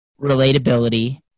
relatability